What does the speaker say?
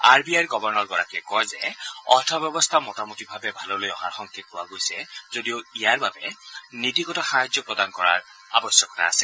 R B I গৱৰ্ভণৰগৰাকীয়ে কয় যে অৰ্থ ব্যৱস্থা মোটামুটিভাৱে ভাললৈ অহাৰ সংকেট পোৱা গৈছে যদিও ইয়াৰ বাবে নীতিগত সাহায্য প্ৰদান কৰাৰ আৱশ্যকতা আছে